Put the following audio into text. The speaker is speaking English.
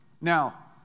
Now